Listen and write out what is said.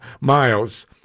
miles